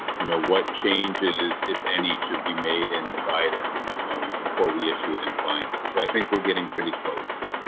you know, what changes is, if any should be made in the guidance before we issue it in finals. so i think we're getting pretty close on.